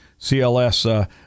cls